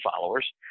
followers